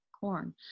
corn